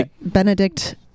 Benedict